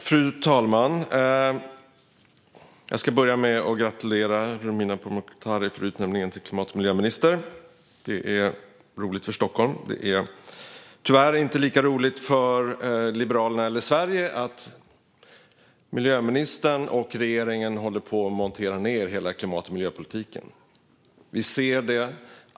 Fru talman! Jag börjar med att gratulera Romina Pourmokhtari till utnämningen till klimat och miljöminister. Det är roligt för Stockholm. Det är tyvärr inte lika roligt för Liberalerna eller Sverige. Miljöministern och regeringen håller på och monterar ned hela klimat och miljöpolitiken. Vi ser det.